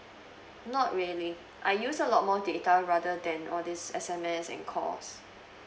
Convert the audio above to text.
not really I use a lot more data rather than all this S_M_S and calls